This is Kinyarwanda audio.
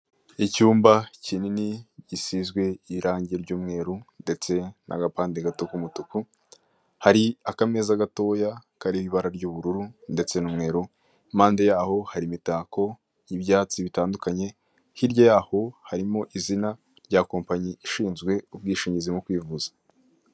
Icyumba kini ni gisizwe irange ry'umweru n'agapande gato gasa umutuku hari akameza gatoya kariho mu ibara ry'uururu ndetse n'umweru impande rwaho hari imitako y'ibyatsi bitandukanye, hirya yaho harimo izina rya kompanyi ishinzwe ubwishingizi bwo kwivuza.